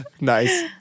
Nice